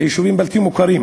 ביישובים בלתי מוכרים.